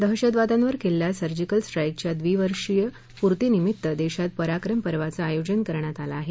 दहशतवाद्यांवर केलेल्या सर्जिकल स्ट्राईकच्या द्वीवर्षीय पुर्ती निमित्त देशात पराक्रम पर्वाचं आयोजन करण्यात आलं आहे